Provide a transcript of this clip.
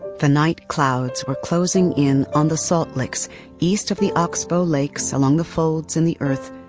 the night clouds were closing in on the salt licks east of the oxbow lakes, along the folds in the earth,